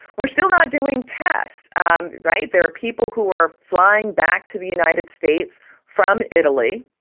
we're still not doing tests. and right. there are people who are flying back to the united states from italy,